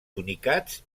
tunicats